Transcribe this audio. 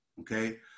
okay